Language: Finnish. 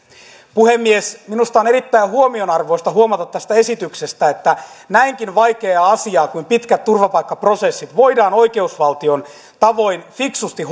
puhemies minusta on erittäin huomionarvoista huomata tästä esityksestä että näinkin vaikeaa asiaa kuin pitkät turvapaikkaprosessit voidaan oikeusvaltion tavoin fiksusti